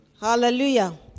Hallelujah